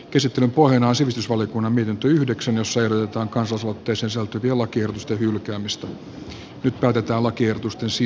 käsittelyn pohjana on sivistysvaliokunnan mietintö jossa ehdotetaan kansalaisaloitteeseen sisältyvien lakiehdotusten hylkäämistä